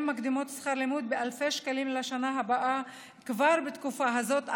מקדמות שכר לימוד באלפי שקלים לשנה הבאה כבר בתקופה הזאת,